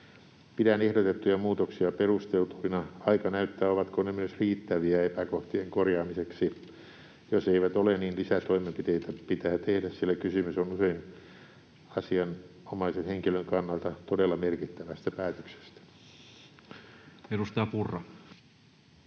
Pidän ehdotettuja muutoksia perusteltuina. Aika näyttää, ovatko ne myös riittäviä epäkohtien korjaamiseksi. Jos eivät ole, niin lisätoimenpiteitä pitää tehdä, sillä kysymys on usein asianomaisen henkilön kannalta todella merkittävästä päätöksestä. [Speech 168]